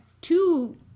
two